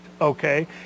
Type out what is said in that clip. okay